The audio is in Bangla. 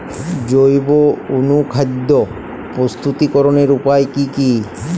জৈব অনুখাদ্য প্রস্তুতিকরনের উপায় কী কী?